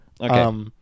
okay